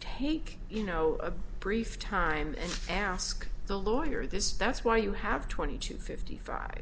take you know a brief time and ask the lawyer this that's why you have twenty to fifty five